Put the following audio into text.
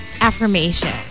affirmation